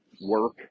work